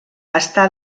està